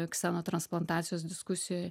ksenotransplantacijos diskusijoj